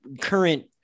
current